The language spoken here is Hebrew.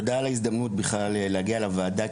תודה על ההזדמנות להגיע לוועדה.